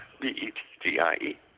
B-E-T-G-I-E